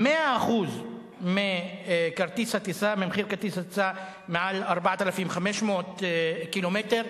100% מחיר כרטיס הטיסה מעל 4,500 קילומטר.